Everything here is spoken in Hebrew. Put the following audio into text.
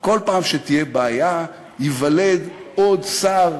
כל פעם שתהיה בעיה, ייוולד עוד שר